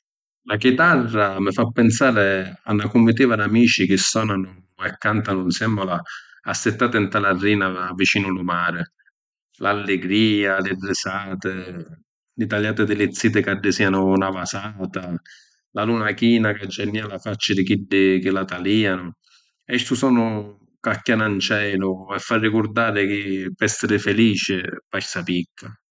La chitarra mi fa pinsari a na cumitiva d’amici chi sonanu e cantanu ‘nsèmmula assittati nta la rina vicinu lu mari… l’alligria, li risati, li taliàti di li ziti c’addisiànu na vasata, la luna china c’aggiarnìa la facci di chiddi chi la taliànu. E stu sonu chi acchiana ‘n celu e fa arrigurdari chi pi essiri filici basta picca.